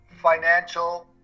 financial